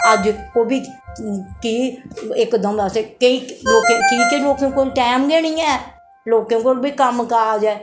अज्ज ओह् बी की इकदम असें की की के लोकें कोल टाइम गै नेईं ऐ लोकें कोल बी कम्म काज ऐ